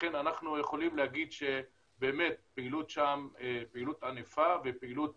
לכן אנחנו יכולים להגיד שבאמת הפעילות שם היא פעילות ענפה ופעילות